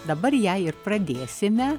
dabar ją ir pradėsime